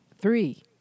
three